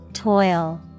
toil